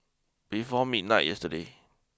before midnight yesterday